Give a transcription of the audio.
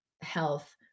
health